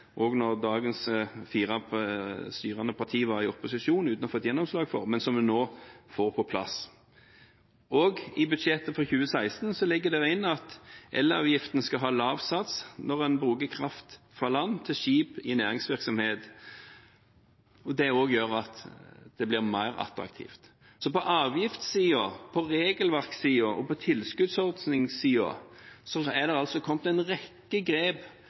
dagens fire styrende partier var i opposisjon, uten å ha fått gjennomslag for, men som vi nå får på plass. Og i budsjettet for 2016 ligger det inne at elavgiften skal ha lav sats når en bruker kraft fra land til skip i næringsvirksomhet. Også det gjør at det blir mer attraktivt. På avgiftssiden, på regelverkssiden og på tilskuddsordningssiden er det altså kommet en rekke grep